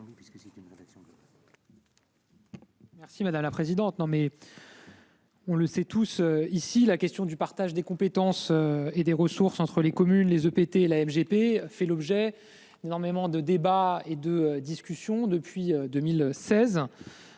Merci madame la présidente, non mais.-- On le sait tous ici la question du partage des compétences et des ressources entre les communes, les EPT la MGP fait l'objet d'énormément de débats et de discussions depuis 2016.